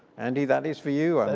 andy that is for you.